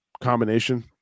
combination